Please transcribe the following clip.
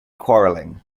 quarrelling